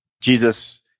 Jesus